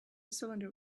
cylinder